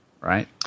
right